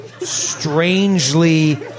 Strangely